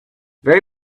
very